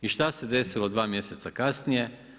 I šta se desilo dva mjeseca kasnije?